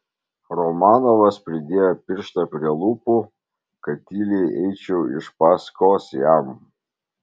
romanovas pridėjo pirštą prie lūpų kad tyliai eičiau iš paskos jam